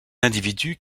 individus